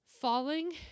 falling